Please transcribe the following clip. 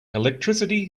electricity